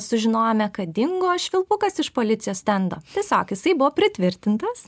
sužinojome kad dingo švilpukas iš policijos stendo tiesiog jisai buvo pritvirtintas